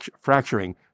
fracturing